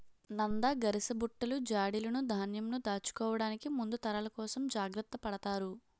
నంద, గరిసబుట్టలు, జాడీలును ధాన్యంను దాచుకోవడానికి ముందు తరాల కోసం జాగ్రత్త పడతారు